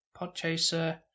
Podchaser